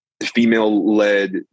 female-led